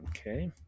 Okay